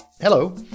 Hello